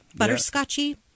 butterscotchy